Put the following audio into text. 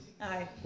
aye